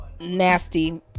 nasty